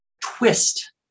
twist